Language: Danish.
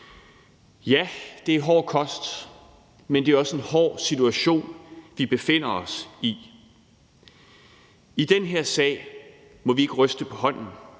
Ja, det er hård kost, men det er også en hård situation, vi befinder os i. I den her sag må vi ikke ryste på hånden.